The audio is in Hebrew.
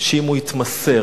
שאם הוא יתמסר